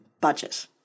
budget